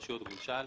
רשויות וממשל.